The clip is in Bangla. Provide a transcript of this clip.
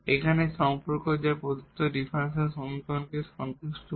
এখানে সম্পর্ক যা প্রদত্ত ডিফারেনশিয়াল সমীকরণকে সন্তুষ্ট করে